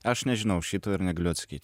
aš nežinau šito ir negaliu atsakyt